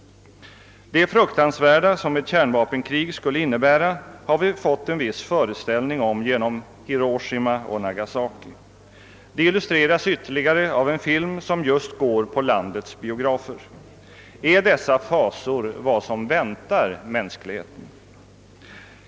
Det fruktansvärda som ett kärnvapenkrig skulle innebära har vi fått en viss föreställning om genom Hiroshima och Nagasaki. Det illustreras ytterligare av en film som just går på landets biografer. Är dessa fasor vad som väntar mänskligheten?